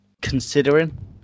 considering